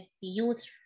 youth